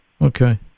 Okay